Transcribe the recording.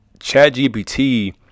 ChatGPT